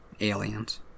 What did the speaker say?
aliens